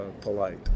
polite